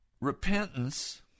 Repentance